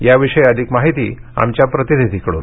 याविषयी अधिक माहिती आमच्या प्रतिनिधीकडून